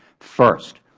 first,